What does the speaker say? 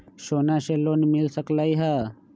सोना से लोन मिल सकलई ह?